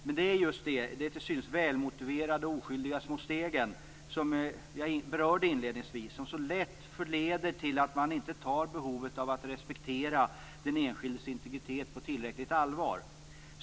Men det är just det - de till synes välmotiverade och oskyldiga små steg som jag berörde inledningsvis - som så lätt förleder till att man inte tar behovet av att respektera den enskildes integritet på tillräckligt allvar.